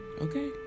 Okay